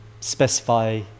specify